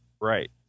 right